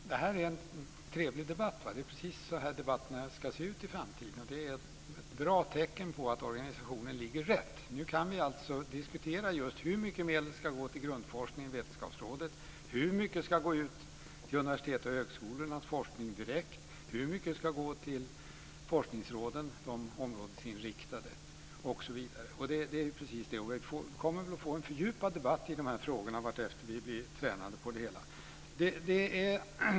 Fru talman! Det här är en trevlig debatt. Det är precis så här som debatterna ska se ut i framtiden. Det är ett gott tecken på att organisationen ligger rätt. Nu kan vi alltså diskutera hur mycket medel som ska gå till grundforskning och vetenskapsrådet, hur mycket som ska gå till universitet och högskolor för direkt forskning, hur mycket som ska gå till de områdesinriktade forskningsråden osv. Vi kommer nog att få en fördjupad debatt i de här frågorna vartefter vi blir tränade på det hela.